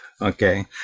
Okay